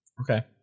Okay